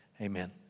Amen